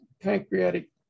pancreatic